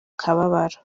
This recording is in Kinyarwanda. kababaro